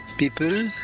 People